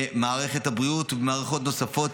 במערכת הבריאות ובמערכות נוספות,